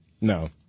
No